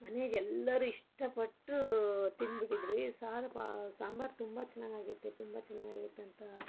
ಮನೆಗೆ ಎಲ್ಲರೂ ಇಷ್ಟಪಟ್ಟು ತಿಂದ್ಬಿಟ್ಟಿದ್ರು ಈ ಸಾರಪ್ಪ ಸಾಂಬಾರು ತುಂಬ ಚೆನ್ನಾಗಿ ಆಗೈತೆ ತುಂಬ ಚೆನ್ನಾಗಿ ಆಗೈತೆ ಅಂತ